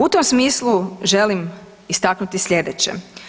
U tom smislu želim istaknuti slijedeće.